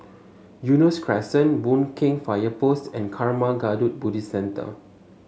Eunos Crescent Boon Keng Fire Post and Karma Kagyud Buddhist Centre